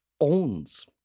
owns